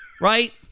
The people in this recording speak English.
right